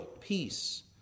peace